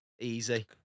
Easy